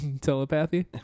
Telepathy